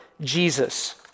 Jesus